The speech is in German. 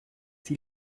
die